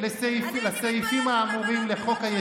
שרת הפרופגנדה.